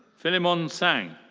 philemon tsang.